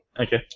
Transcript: Okay